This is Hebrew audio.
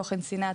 תוכן שנאה,